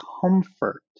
comfort